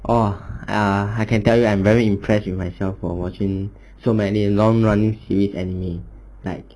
oh err I can tell you I'm very impressed with myself for watching so many long run series anime like